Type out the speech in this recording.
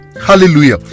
hallelujah